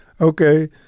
okay